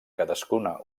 cadascuna